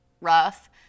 rough